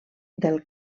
del